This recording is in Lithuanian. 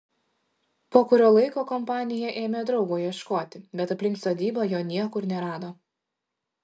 po kurio laiko kompanija ėmė draugo ieškoti bet aplink sodybą jo niekur nerado